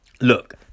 Look